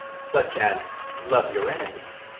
such as love your enemies,